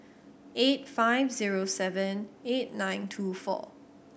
eight five zero seven eight nine two four